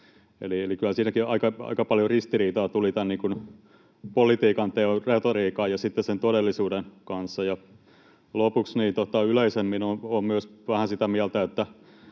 siinäkin aika paljon ristiriitaa tuli politiikanteon retoriikan ja sitten sen todellisuuden kanssa. Lopuksi: Yleisemmin olen vähän myös sitä mieltä